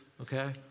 okay